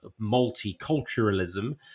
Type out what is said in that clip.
multiculturalism